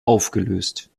aufgelöst